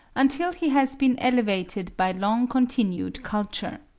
until he has been elevated by long-continued culture.